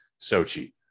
Sochi